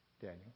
Daniel